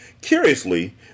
Curiously